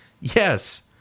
Yes